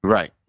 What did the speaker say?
Right